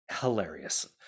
hilarious